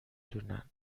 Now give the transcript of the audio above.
دونن